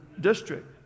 district